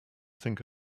think